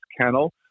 kennel